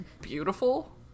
beautiful